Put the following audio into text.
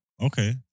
Okay